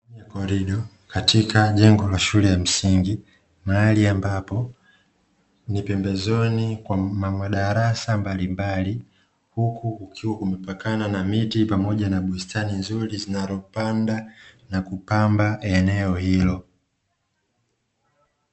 Korido katika jengo la shule ya msingi mahali ambapo ni pembezoni mwa madarasa mbalimbali, huku kukiwa kumepakana na miti pamoja na bustani nzuri zinazopanda na kupamba eneo hilo.